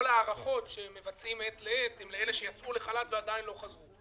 כל ההארכות שמבצעים מעת לעת הן לאלה שיצאו לחל"ת ועדיין לא חזרו.